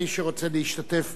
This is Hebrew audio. מי שרוצה להשתתף